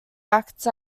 act